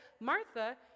Martha